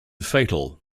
fatal